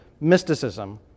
mysticism